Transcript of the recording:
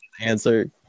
answer